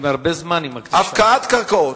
הפקעת קרקעות,